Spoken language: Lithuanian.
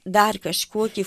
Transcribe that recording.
dar kažkokį